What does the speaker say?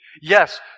Yes